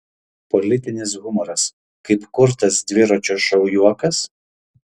politinis humoras kaip kurtas dviračio šou juokas